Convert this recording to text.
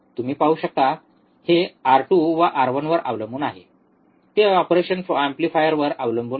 तुम्ही पाहू शकता हे R2 व R1 वर अवलंबून आहे ते ऑपरेशनल एम्प्लीफायरवर अवलंबून नाही